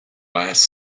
last